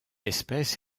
espèce